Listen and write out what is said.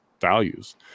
values